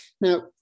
Now